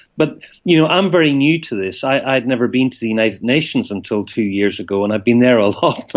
but you know i'm very new to this, i'd never been to the united nations until two years ago, and i've been there a lot